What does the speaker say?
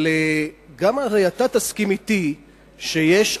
אבל גם אתה תסכים אתי שיש,